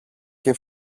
και